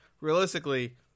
realistically